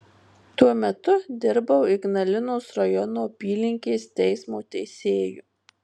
tuo metu dirbau ignalinos rajono apylinkės teismo teisėju